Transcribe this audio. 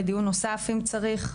לדיון נוסף אם צריך.